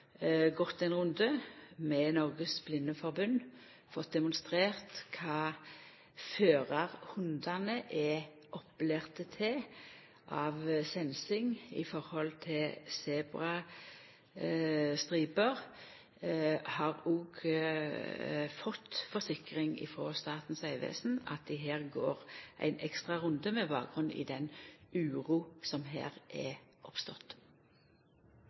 gått ein runde med Norges Blindeforbund og fått demonstrert kva førarhundane er opplærde til i forhold til «sensing» av sebrastriper. Eg har også fått forsikring frå Statens vegvesen om at dei her går ein ekstra runde med bakgrunn i den uroa som her er oppstått.